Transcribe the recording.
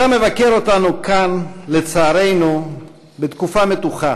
אתה מבקר אותנו כאן, לצערנו, בתקופה מתוחה,